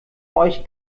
euch